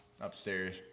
upstairs